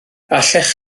allech